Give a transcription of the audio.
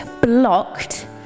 blocked